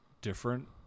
different